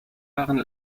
waren